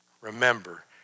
Remember